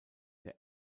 der